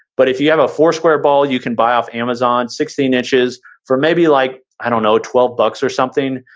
but if you have a four square ball, you can buy off amazon, sixteen inches for maybe like, i don't know, twelve bucks or something.